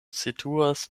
situas